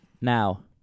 Now